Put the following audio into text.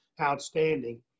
outstanding